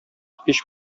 һич